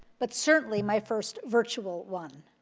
but certainly my first virtual one.